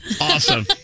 Awesome